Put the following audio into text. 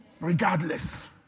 Regardless